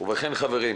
ובכן חברים,